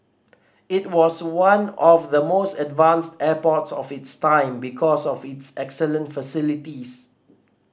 it was one of the most advanced airports of its time because of its excellent facilities